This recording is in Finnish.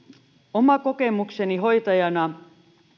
oma kokemukseni hoitajana